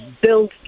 build